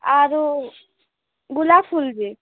ଆରୁ ଗୁଲାପ ଫୁଲ୍ ଯେ